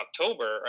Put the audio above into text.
October